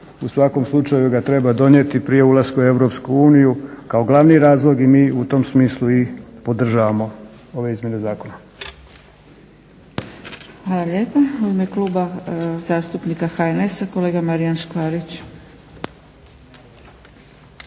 U svakom slučaju ga treba donijeti prije ulaska u EU kao glavni razlog i mi u tom smislu i podržavamo ove izmjene zakona. **Zgrebec, Dragica (SDP)** Hvala lijepa. U ime Kluba zastupnika HNS-a kolega Marijan Škvarić. **Škvarić,